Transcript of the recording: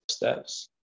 Steps